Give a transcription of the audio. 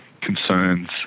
concerns